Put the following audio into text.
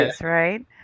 right